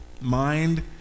mind